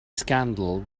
scandal